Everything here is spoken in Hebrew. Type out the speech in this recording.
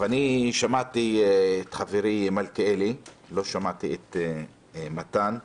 שמעתי את חברי מלכיאלי, לא שמעתי את מתן,